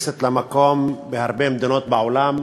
שתופסת לה מקום בהרבה מקומות בעולם.